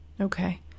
Okay